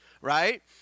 right